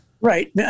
Right